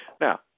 Now